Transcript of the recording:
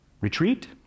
Retreat